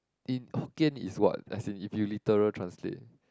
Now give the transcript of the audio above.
in hokkien is what as in if you literal translate